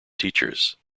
teachers